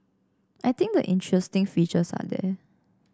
I think the interesting features are there